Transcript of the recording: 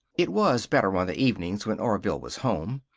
it was better on the evenings when orville was home.